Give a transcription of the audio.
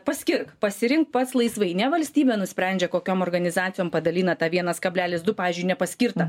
paskirk pasirink pats laisvai ne valstybė nusprendžia kokiom organizacijom padalina tą vienas kablelis du pavyzdžiui nepaskirta